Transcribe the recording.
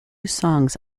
songs